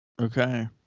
okay